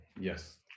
Yes